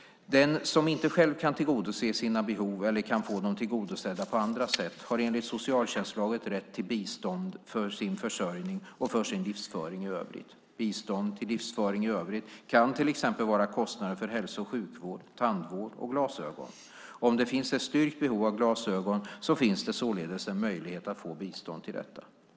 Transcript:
Den som inte själv kan tillgodose sina behov eller kan få dem tillgodosedda på annat sätt har enligt socialtjänstlagen rätt till bistånd för sin försörjning och för sin livsföring i övrigt. Bistånd till livsföring i övrigt kan till exempel vara kostnader för hälso och sjukvård, tandvård och glasögon. Om det finns ett styrkt behov av glasögon finns det således en möjlighet att få bistånd till detta.